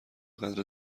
قدر